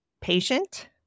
patient